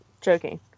joking